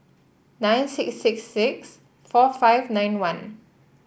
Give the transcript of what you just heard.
nine six six six four five nine one